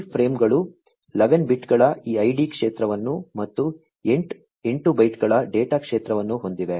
ಈ ಫ್ರೇಮ್ಗಳು 11 ಬಿಟ್ಗಳ ಈ ಐಡಿ ಕ್ಷೇತ್ರವನ್ನು ಮತ್ತು 8 ಬೈಟ್ಗಳ ಡೇಟಾ ಕ್ಷೇತ್ರವನ್ನು ಹೊಂದಿವೆ